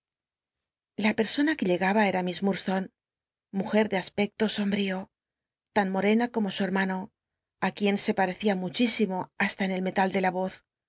la persona que llegaba era miss murdstonc ena como su hermano ti quien se parecia muchísimo hasta en el metal de la oz